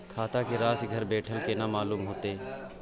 खाता के राशि घर बेठल केना मालूम होते?